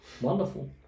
wonderful